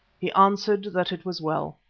he answered that it was well.